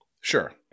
Sure